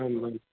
आम् आम्